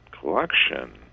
collection